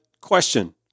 question